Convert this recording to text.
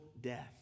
death